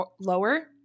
lower